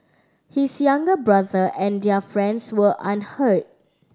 his younger brother and their friends were unhurt